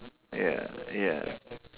ya ya